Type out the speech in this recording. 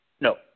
No